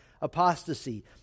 apostasy